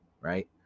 right